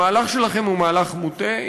המהלך שלכם הוא מהלך מוטעה,